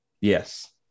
Yes